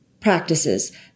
practices